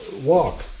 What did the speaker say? walk